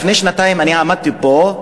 לפני שנתיים אני עמדתי פה,